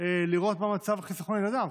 לראות מה מצב החיסכון של ילדיו.